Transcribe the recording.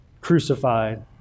crucified